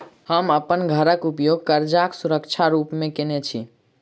हम अप्पन घरक उपयोग करजाक सुरक्षा रूप मेँ केने छी